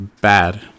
bad